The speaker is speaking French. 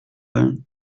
vingt